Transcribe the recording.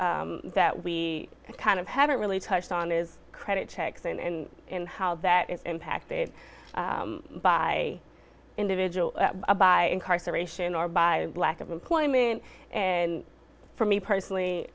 that we kind of haven't really touched on is credit checks and how that is impacted by individuals by incarceration or by lack of employment and for me personally